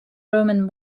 roman